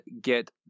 get –